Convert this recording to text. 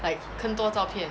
like 更多照片